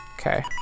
Okay